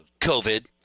COVID